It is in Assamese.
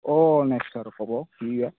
অ নেক্স